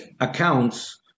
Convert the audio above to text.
accounts